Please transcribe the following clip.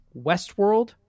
westworld